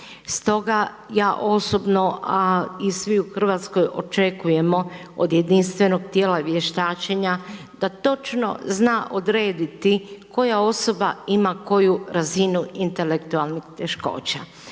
Stoga ja osobno a i svi u Hrvatskoj očekujemo od jedinstvenog tijela vještačenja da točno zna odrediti koja osoba ima koju razinu intelektualnih teškoća